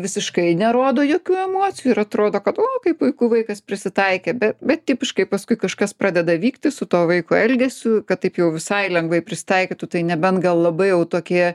visiškai nerodo jokių emocijų ir atrodo kad o kaip puiku vaikas prisitaikė be bet tipiškai paskui kažkas pradeda vykti su to vaiko elgesiu kad taip jau visai lengvai prisitaikytų tai nebent gal labai jau tokie